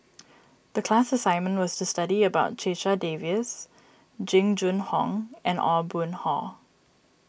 the class assignment was to study about Checha Davies Jing Jun Hong and Aw Boon Haw